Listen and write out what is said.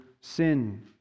sin